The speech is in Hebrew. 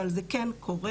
אבל זה כן קורה,